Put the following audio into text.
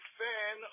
fan